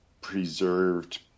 preserved